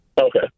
Okay